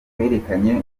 twerekanye